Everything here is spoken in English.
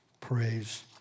Praise